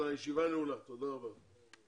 הישיבה ננעלה בשעה